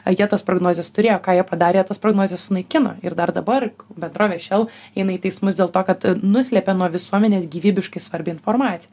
ir tie tas prognozes turėjo ką jie padarė tas prognozes sunaikino ir dabar bendrovė šel eina į teismus dėl to kad nuslėpė nuo visuomenės gyvybiškai svarbią informaciją